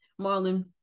Marlon